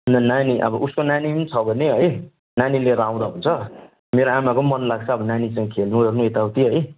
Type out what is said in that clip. नानी अब उसको नानी पनि छ भने है नानी लिएर आउँदा हुन्छ मेरो आमाको पनि मन लाग्छ अब नानीसँग खेल्नुओर्नु यताउति है